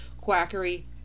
quackery